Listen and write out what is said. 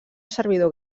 servidor